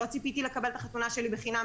לא ציפיתי לקבל את החתונה הקטנה שלי בחינם.